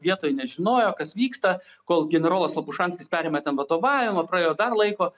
vietoj nežinojo kas vyksta kol generolas lapušanskis perėmė ten vadovavimą praėjo dar laiko